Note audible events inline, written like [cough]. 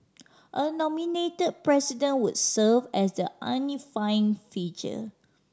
a nominate president would serve as the [unintelligible] figure